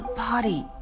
party 。